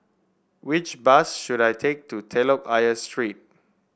which bus should I take to Telok Ayer Street